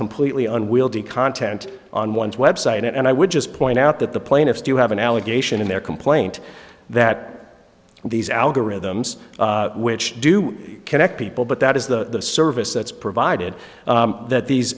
completely unwieldy content on one's website and i would just point out that the plaintiffs do have an allegation in their complaint that these algorithms which do connect people but that is the service that's provided that these